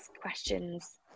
questions